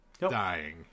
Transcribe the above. dying